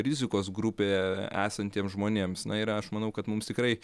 rizikos grupėje esantiems žmonėms na ir aš manau kad mums tikrai